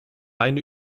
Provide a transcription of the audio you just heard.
eine